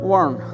one